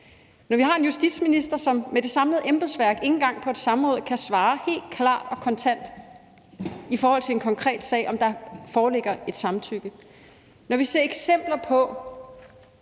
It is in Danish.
når vi har en justitsminister, som sammen med det samlede embedsværk ikke engang på et samråd kan svare helt klart og kontant på, om der i en konkret sag foreligger et samtykke, og når vi ser eksempler på,